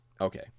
Okay